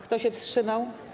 Kto się wstrzymał?